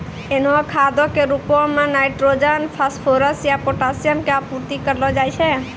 एहनो खादो के रुपो मे नाइट्रोजन, फास्फोरस या पोटाशियम के आपूर्ति करलो जाय छै